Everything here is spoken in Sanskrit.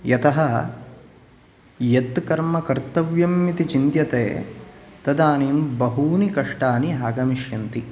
यतः यत्कर्म कर्तव्यम् इति चिन्त्यते तदानीं बहूनि कष्टानि आगमिष्यन्ति